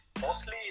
mostly